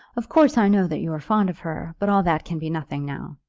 of course i know that you were fond of her, but all that can be nothing now.